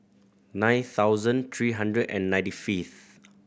nine thousand three hundred and ninety fifth